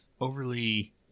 overly